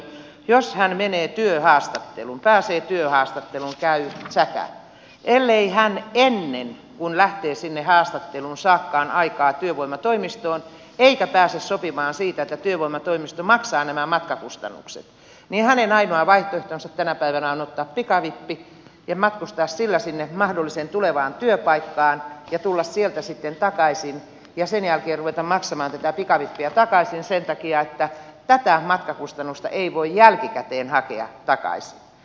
jos hän menee työhaastatteluun pääsee työhaastatteluun käy tsägä niin ellei hän ennen kuin lähtee sinne haastatteluun saakaan aikaa työvoimatoimistoon eikä pääse sopimaan siitä että työvoimatoimisto maksaa nämä maksakustannukset niin hänen ainoa vaihtoehtonsa tänä päivänä on ottaa pikavippi ja matkustaa sillä sinne mahdolliseen tulevaan työpaikkaan ja tulla sieltä sitten takaisin ja sen jälkeen ruveta maksamaan tätä pikavippiä takaisin sen takia että tätä matkakustannusta ei voi jälkikäteen hakea takaisin